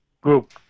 group